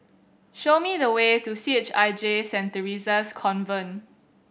show me the way to C H I J Saint Theresa's Convent